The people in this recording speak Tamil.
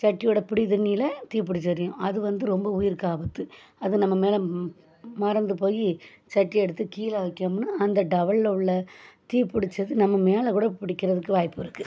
சட்டியோடு பிடித்துணியில் தீ பிடிச்சி எரியும் அது வந்து ரொம்ப உயிருக்கு ஆபத்து அதுவும் நம்ம மேலே மறந்து போய் சட்டி எடுத்து கீழே வைக்கணும்னா அந்த டவலில் உள்ள தீ பிடிச்சது நம்ம மேலே கூட பிடிக்கிறதுக்கு வாய்ப்பு இருக்குது